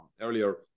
earlier